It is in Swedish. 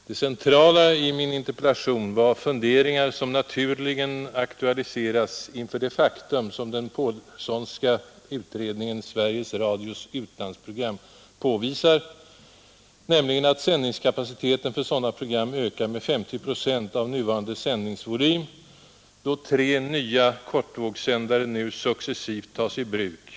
Det centrala i min interpellation var funderingar, som naturligen aktualiseras inför det faktum, som den Pålssonska utredningen ”Sveriges Radios utlandsprogram” påvisar, nämligen att sändningskapa citeten för sådana program ökar med 50 procent av nuvarande sändningsvolym, då tre nya kortvågssändare nu successivt tas i bruk.